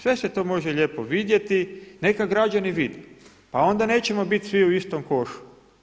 Sve se to može lijepo vidjeti, neka građani vide pa onda nećemo biti svi u istom košu.